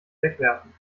wegwerfen